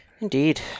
Indeed